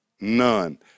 none